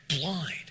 blind